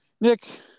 Nick